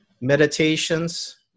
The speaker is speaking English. meditations